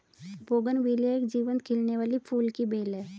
bougainvillea एक जीवंत खिलने वाली फूल की बेल है